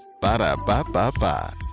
Ba-da-ba-ba-ba